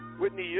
Whitney